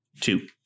two